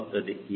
ಹೀಗಾಗಿ 3